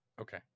Okay